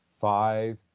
five